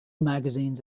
magazines